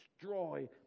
destroy